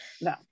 no